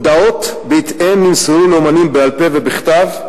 הודעות בהתאם נמסרו לאמנים בעל-פה ובכתב,